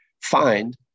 find